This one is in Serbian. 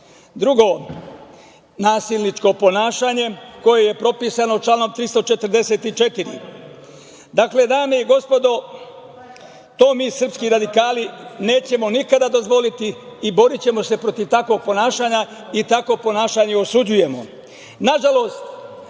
Drugo, nasilničko ponašanje, koje je propisano članom 344. Dakle, dame i gospodo, to mi srpski radikali nećemo nikada dozvoliti i borićemo se protiv takvog ponašanja i takvo ponašanje osuđujemo. Nažalost,